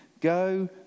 go